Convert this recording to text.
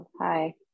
Hi